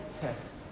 test